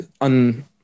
on